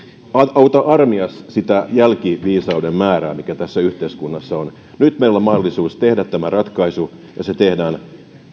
auta armias sitä jälkiviisauden määrää mikä tässä yhteiskunnassa on nyt meillä on mahdollisuus tehdä tämä ratkaisu ja se tehdään